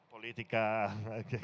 Politica